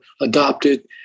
adopted